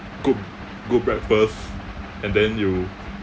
cook good breakfast and then you